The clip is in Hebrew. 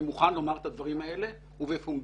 ומוכן לומר את הדברים הללו בפומבי.